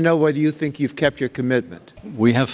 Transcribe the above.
to know whether you think you've kept your commitment we have